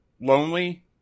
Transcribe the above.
lonely